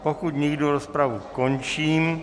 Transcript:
Pokud nikdo, rozpravu končím.